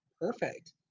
Perfect